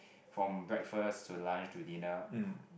from breakfast to lunch to dinner